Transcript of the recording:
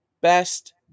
Best